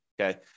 okay